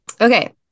okay